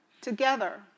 together